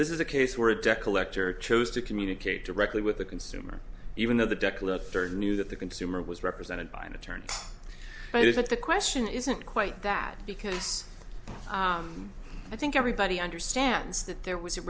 this is a case where a debt collector chose to communicate directly with the consumer even though the deck look knew that the consumer was represented by an attorney but isn't the question isn't quite that because i think everybody understands that there was a